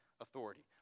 authority